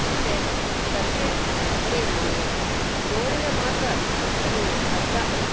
ಸುಮ್ಮನೆ ಬರೆದ್ರೆ ಬರಿ ನೋಡಿದ್ರೆ ಮಾತ್ರ ಅದು ಅರ್ಥ